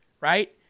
right